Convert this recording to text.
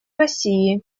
россии